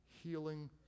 healing